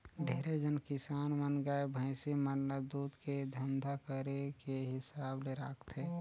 ढेरे झन किसान मन गाय, भइसी मन ल दूद के धंधा करे के हिसाब ले राखथे